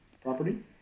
property